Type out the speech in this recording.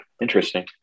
Interesting